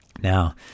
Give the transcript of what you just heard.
Now